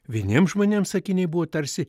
vieniems žmonėms akiniai buvo tarsi